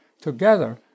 together